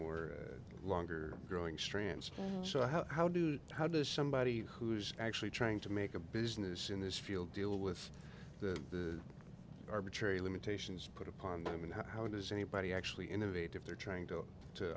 or longer growing strands so how do you how does somebody who's actually trying to make a business in this field deal with the arbitrary limitations put upon them and how does anybody actually innovate if they're trying to